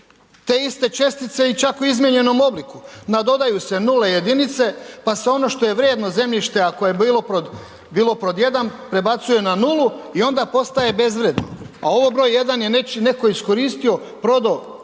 te iste čestice i čak u izmijenjenom obliku, nadodaju se nule i jedince pa se ono što je vrijedno zemljište ako je bilo pod 1 prebacuje na nulu i onda postaje bezvrijedno a ovo br. 1 je netko iskoristio, prodao i